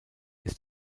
ist